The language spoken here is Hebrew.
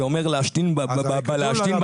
זה אומר להשתין בלילות,